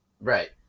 right